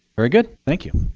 very good. thank you.